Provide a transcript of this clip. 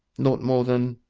not more than.